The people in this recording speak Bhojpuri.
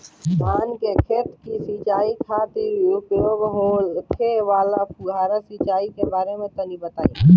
धान के खेत की सिंचाई खातिर उपयोग होखे वाला फुहारा सिंचाई के बारे में तनि बताई?